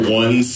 one